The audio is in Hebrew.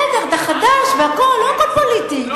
בסדר, אתה חדש והכול, לא הכול פוליטי.